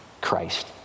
Christ